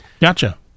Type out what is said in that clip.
Gotcha